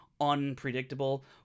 unpredictable